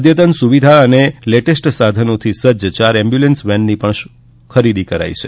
અઘતન સુવિધા અને લેટેસ્ટ સાધનોથી સજજ ચાર એમ્બ્યુલન્સ વાનની ખરીદી કરાઈ છે